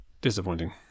disappointing